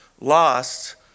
lost